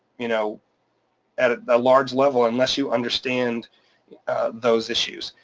you know at at a large level unless you understand those issues.